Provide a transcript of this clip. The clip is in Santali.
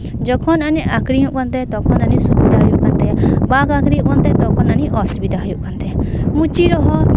ᱡᱚᱠᱷᱚᱱ ᱟᱹᱱᱤᱡ ᱟᱠᱷᱤᱧᱚᱜ ᱠᱟᱱ ᱛᱟᱭᱟ ᱛᱚᱠᱷᱚᱱ ᱟᱹᱱᱤᱡ ᱥᱩᱵᱤᱫᱷᱟ ᱦᱩᱭᱩᱜ ᱠᱟᱱ ᱛᱟᱭᱟ ᱵᱟᱝ ᱟᱠᱷᱨᱤᱧᱚᱜ ᱠᱟᱱ ᱛᱟᱭᱟ ᱛᱚᱠᱷᱚᱱ ᱟᱹᱱᱤᱡ ᱚᱥᱩᱵᱤᱫᱷᱟ ᱦᱩᱭᱩᱜ ᱠᱟᱱ ᱛᱟᱭᱟ ᱢᱩᱪᱤ ᱨᱮᱦᱚᱸ